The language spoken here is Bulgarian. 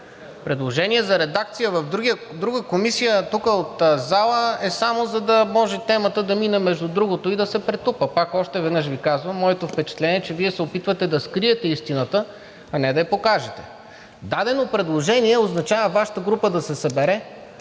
Предложение за редакция в друга комисия тук, от зала, е само за да може темата да мине между другото и да се претупа. Пак, още веднъж Ви казвам, моето впечатление е, че Вие се опитвате да скриете истината, а не да я покажете. Дадено предложение означава Вашата група да се събере,